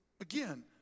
Again